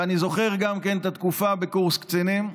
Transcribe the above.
ואני זוכר גם את התקופה בקורס קצינים.